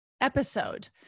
episode